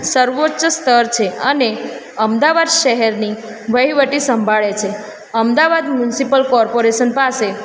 સર્વોચ્ચ સ્તર છે અને અમદાવાદ શહેરની વહીવટી સંભાળે છે અમદાવાદ મ્યુનિસિપલ કૉર્પોરેશન પાસે